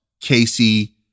Casey